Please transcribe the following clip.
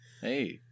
Hey